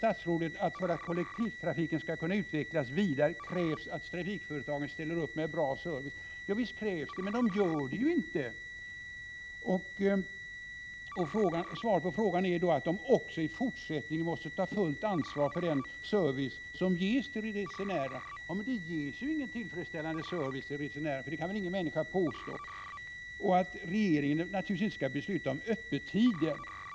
Statsrådet säger: ”För att kollektivtrafiken skall kunna utvecklas vidare krävs att trafikföretagen ställer upp med bra service.” Ja, visst krävs det, men trafikföretagen ställer inte upp! Svaret på min fråga är att ”trafikföretag också i fortsättningen måste ta fullt ansvar för den service som ges till resenärerna”. Men ingen människa kan väl påstå att det ges en tillfredsställande service till resenärerna. Regeringen skall naturligtvis inte besluta om öppettiderna.